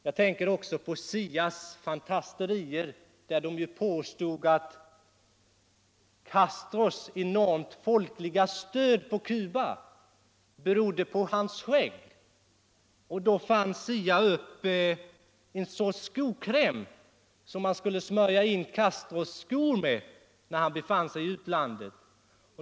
Jag tänker också på CIA:s fantasterier, där man påstod att Castros enorma folkliga stöd på Cuba berodde på hans skägg. Då uppfann CIA en sorts skokräm, som man skulle smörja in Castros skor med när han befann sig i utlandet.